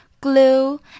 glue